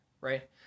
right